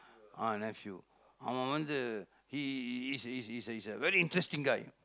ah nephew அவன் வந்து:avan vandthu he's he's he's a very interesting guy